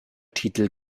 titel